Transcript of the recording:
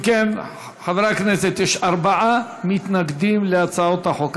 אם כן, חברי הכנסת, יש ארבעה מתנגדים להצעות החוק.